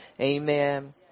Amen